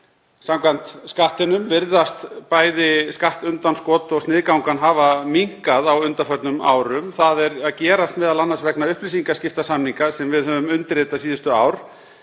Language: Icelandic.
Samkvæmt Skattinum virðast bæði skattundanskot og sniðganga hafa minnkað á undanförnum árum. Það hefur gerst m.a. vegna upplýsingaskiptasamninga sem við höfum undirritað síðustu ár.